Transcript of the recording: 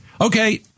Okay